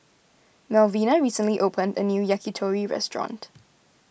Malvina recently opened a new Yakitori restaurant